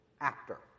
actor